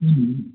ம் ம்